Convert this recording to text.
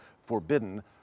forbidden